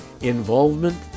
Involvement